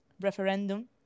referendum